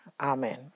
Amen